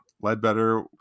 ledbetter